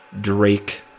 Drake